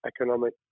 economic